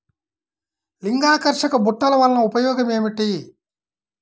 లింగాకర్షక బుట్టలు వలన ఉపయోగం ఏమిటి?